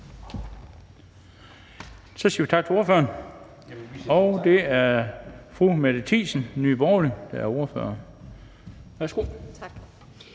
Så siger vi tak til ordføreren. Så er det fru Mette Thiesen, Nye Borgerlige, som ordfører. Værsgo.